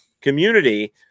community